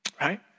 right